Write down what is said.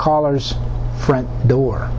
caller's front door